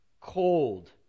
cold